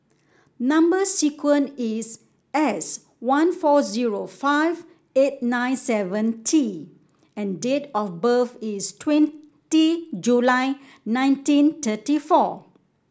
number sequence is S one four zero five eight nine seven T and date of birth is twenty July nineteen thirty four